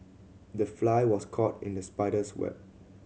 the fly was caught in the spider's web